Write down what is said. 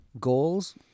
goals